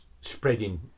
spreading